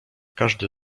każdy